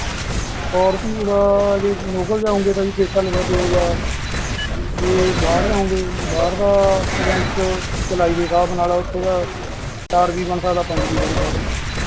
Scorpio ਦਾ ਜੇ local ਜਾਉਗੇ ਤਾਂ ਜੀ ਫਿਰ ਤਾਂ ਲੈਂਦੇ ਦੋ ਹਜ਼ਾਰ ਜੇ ਬਾਹਰ ਜਾਉਗੇ ਬਾਹਰ ਦਾ ਰੈਂਟ ਚਲਾਈ ਦੇ ਹਿਸਾਬ ਨਾਲ ਹੈ ਉਥੇ ਦਾ ਚਾਰ ਵੀ ਬਣ ਸਕਦਾ ਪੰਜ ਵੀ ਬਣ ਸਕਦਾ